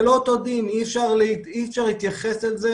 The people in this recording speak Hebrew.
זה לא אותו דין ואי-אפשר להתייחס לזה